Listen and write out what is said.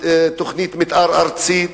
תוכנית מיתאר ארצית,